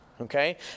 Okay